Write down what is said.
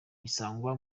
bisangwa